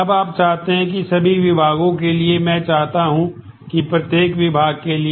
अब आप चाहते हैं कि सभी विभागों के लिए मैं चाहता हूं कि प्रत्येक विभाग के लिए